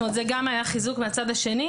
גם זה היה חיזוק מהצד השני.